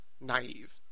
naive